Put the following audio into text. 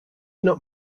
not